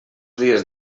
dies